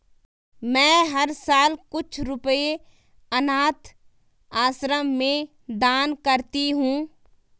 मैं हर साल कुछ रुपए अनाथ आश्रम में दान करती हूँ